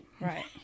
Right